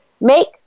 make